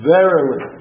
Verily